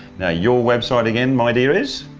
now your website again my dear is?